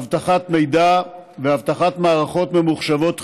אבטחת מידע ואבטחת מערכות ממוחשבות חיוניות.